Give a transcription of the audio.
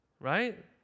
right